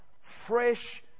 Fresh